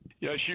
Yes